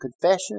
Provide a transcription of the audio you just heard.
confession